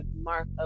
mark